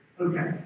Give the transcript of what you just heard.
Okay